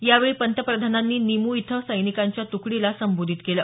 यावेळी पंतप्रधानांनी निमू इथं सैनिकांच्या तुकडीला संबोधित केलं